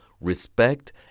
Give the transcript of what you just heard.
respect